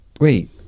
wait